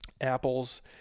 apples